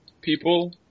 people